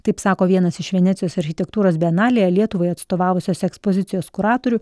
taip sako vienas iš venecijos architektūros bienalėje lietuvai atstovavusios ekspozicijos kuratorių